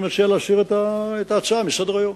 ואני מציע להסיר את ההצעה מסדר-היום.